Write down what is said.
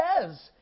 says